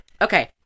Okay